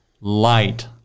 light